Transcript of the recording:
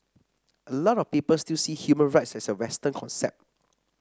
a lot of people still see human rights as a western concept